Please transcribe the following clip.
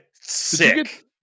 Sick